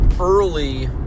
early